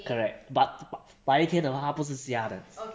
correct but b~ 白天 hor 他不是瞎的